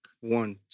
One